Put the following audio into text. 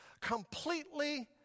completely